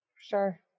sure